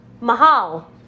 mahal